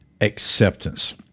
acceptance